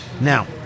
Now